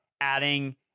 adding